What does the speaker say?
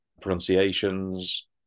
pronunciations